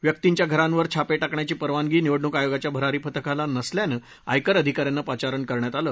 व्यक्तींच्या घरांवर छापे टाकायची परवानगी निवडणूक आयोगाच्या भरारी पथकांना नसल्यामुळे आयकर अधिका यांना पाचारण करण्यात आलं